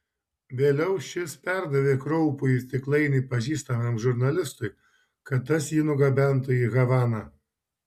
vėliau šis perdavė kraupųjį stiklainį pažįstamam žurnalistui kad tas jį nugabentų į havaną